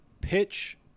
pitch